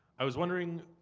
i was wondering,